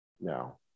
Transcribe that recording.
No